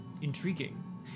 Intriguing